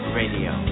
radio